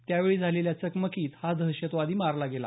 त्यावेळी झालेल्या चकमकीत हा दहशतवादी मारला गेला